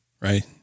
right